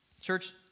Church